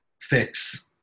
fix